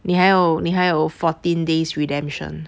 你还有你还有 fourteen days redemption